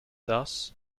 thus